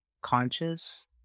conscious